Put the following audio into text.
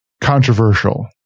Controversial